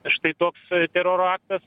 štai toks teroro aktas